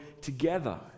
together